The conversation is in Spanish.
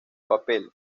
papel